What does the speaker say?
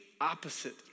opposite